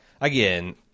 again